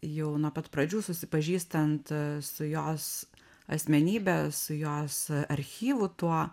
jau nuo pat pradžių susipažįstant su jos asmenybe su jos archyvu tuo